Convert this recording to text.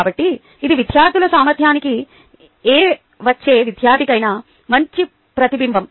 కాబట్టి ఇది విద్యార్థుల సామర్థ్యానికి ఏ వచ్చే విద్యార్ధికైనా మంచి ప్రతిబింబం